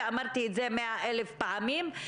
ואמרתי את זה מאה אלף פעמים,